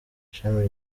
ishami